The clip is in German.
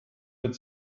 mit